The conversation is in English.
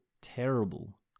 terrible